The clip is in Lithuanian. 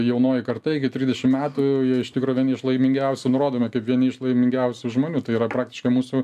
jaunoji karta iki trisdešim metų jie iš tikro vieni iš laimingiausių nurodomi kaip vieni iš laimingiausių žmonių tai yra praktiškai mūsų